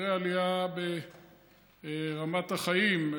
כנראה העלייה ברמת החיים,